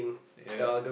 ya